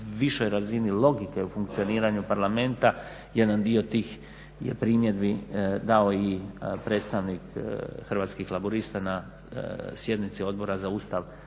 višoj razini logike u funkcioniranju Parlamenta. Jedan dio tih je primjedbi dao i predstavnik Hrvatskih laburista na sjednici Odbora za Ustav,